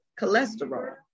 cholesterol